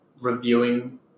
reviewing